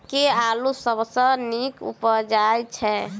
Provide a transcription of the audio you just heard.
केँ आलु सबसँ नीक उबजय छै?